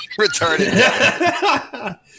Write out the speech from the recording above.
retarded